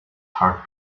heart